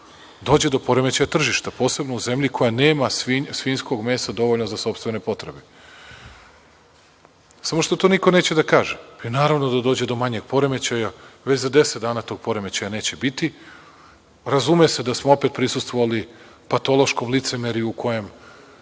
dođe do poremećaja tržišta, posebno u zemlji koja nema svinjskog mesa dovoljno za sopstvene potrebe, samo što to niko neće da kaže. I naravno da dođe do manjeg poremećaja. Već za 10 dana tog poremećaja neće biti. Razume se da smo opet prisustvovali patološkom licemerju u kojem,